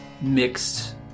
mixed